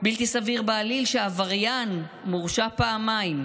בלתי סביר בעליל שעבריין מורשע פעמיים,